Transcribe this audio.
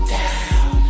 down